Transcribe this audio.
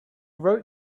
wrote